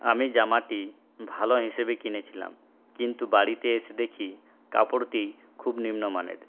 আমি জামাটি ভালো হিসেবে কিনেছিলাম কিন্তু বাড়িতে এসে দেখি কাপড়টি খুব নিম্নমানের